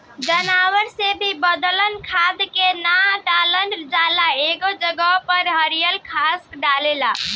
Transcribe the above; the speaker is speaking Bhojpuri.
जानवर से बनल खाद के ना डालल जाला ए जगह पर हरियर घास डलाला